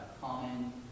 common